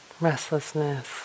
Restlessness